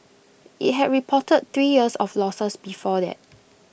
IT had reported three years of losses before that